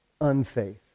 unfaith